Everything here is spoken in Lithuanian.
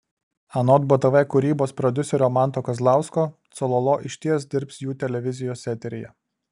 anot btv kūrybos prodiuserio manto kazlausko cololo išties dirbs jų televizijos eteryje